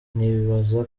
ndibaza